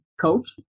coach